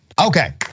Okay